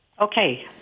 Okay